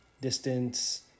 distance